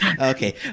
Okay